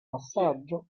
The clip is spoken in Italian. passaggio